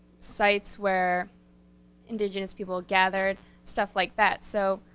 sites where indigenous people gathered, stuff like that, so,